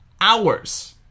hours